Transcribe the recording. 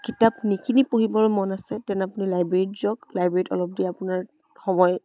কিতাপ নিকিনি পঢ়িবৰ মন আছে তেনে আপুনি লাইব্ৰেৰীত যাওক লাইব্ৰেৰীত অলপ দেৰি আপোনাৰ সময়